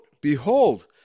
Behold